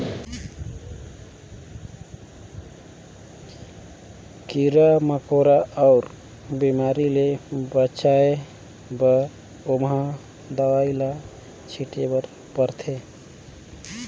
कीरा मकोरा अउ बेमारी ले बचाए बर ओमहा दवई ल छिटे बर परथे